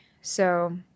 So-